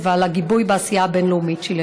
בתוך כנסת ועל הגיבוי בעשייה הבין-לאומית שלי.